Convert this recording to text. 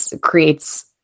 creates